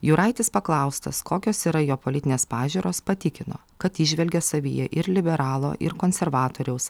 juraitis paklaustas kokios yra jo politinės pažiūros patikino kad įžvelgia savyje ir liberalo ir konservatoriaus